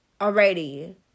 already